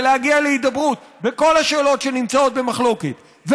ולהגיע להידברות בכל השאלות שנמצאות במחלוקת.